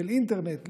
של אינטרנט,